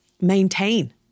maintain